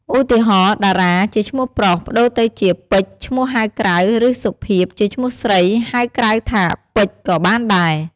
ឧទាហរណ៍ តារា ជាឈ្មោះប្រុស ប្តូរទៅជា ពេជ្យ ឈ្មោះហៅក្រៅ ឬ សុភាព ជាឈ្មោះស្រី ហៅក្រៅថា ពេជ្យ ក៏បានដែរ។